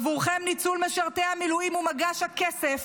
עבורכם ניצול משרתי המילואים הוא מגש הכסף